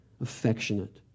affectionate